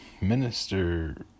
minister